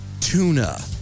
tuna